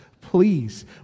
please